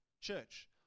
church